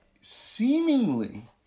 seemingly